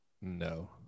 No